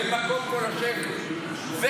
אין מקום לשבת פה.